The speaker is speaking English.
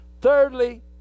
Thirdly